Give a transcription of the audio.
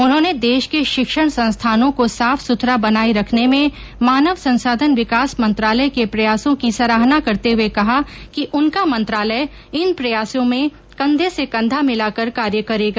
उन्होंने देश के शिक्षण संस्थानों को साफ सुथरा बनाये रखने में मानव संसाधन विकास मंत्रालय के प्रयासो की सराहना करते हुए कहा कि उनका मंत्रालय इन प्रयासों में कंधे से कंधा मिलाकर कार्य करेगा